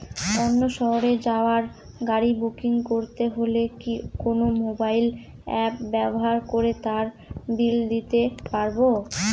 অন্য শহরে যাওয়ার গাড়ী বুকিং করতে হলে কি কোনো মোবাইল অ্যাপ ব্যবহার করে তার বিল দিতে পারব?